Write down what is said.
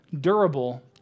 durable